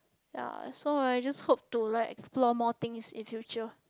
ya so I just hope to like explore more things in future